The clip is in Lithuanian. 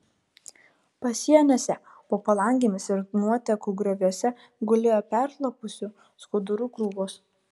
pasieniuose po palangėmis ir nuotekų grioviuose gulėjo peršlapusių skudurų krūvos